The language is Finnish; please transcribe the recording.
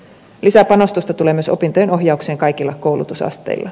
lisäpanostusta tulee myös opintojen ohjaukseen kaikilla koulutusasteilla